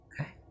Okay